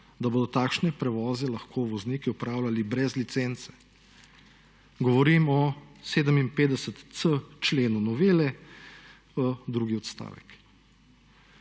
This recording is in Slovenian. da bodo takšne prevoze lahko vozniki opravljali brez licenc, govorim o 57.c členu novele drugi odstavek.